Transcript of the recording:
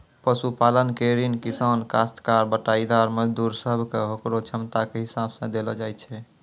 पशुपालन के ऋण किसान, कास्तकार, बटाईदार, मजदूर सब कॅ होकरो क्षमता के हिसाब सॅ देलो जाय छै